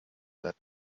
led